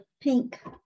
pink